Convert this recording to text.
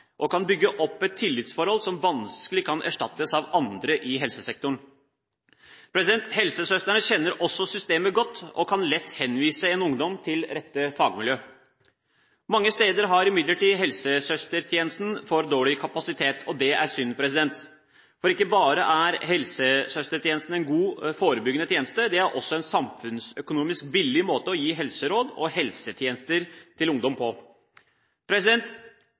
ungdommer kan ha, og kan bygge opp et tillitsforhold som vanskelig kan erstattes av andre i helsesektoren. Helsesøstrene kjenner også systemet godt, og kan lett henvise en ungdom til rette fagmiljø. Mange steder har imidlertid helsesøstertjenesten for dårlig kapasitet, og det er synd. For helsesøstertjenesten er ikke bare en god forebyggende tjeneste, det er også en samfunnsøkonomisk billig måte å gi helseråd og helsetjenester til ungdom på.